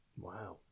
Wow